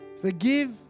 Forgive